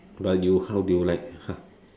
but you how do you like !huh!